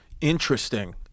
Interesting